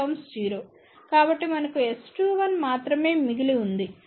కాబట్టి మనకు S21 మాత్రమే మిగిలి ఉంది